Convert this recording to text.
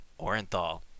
Orenthal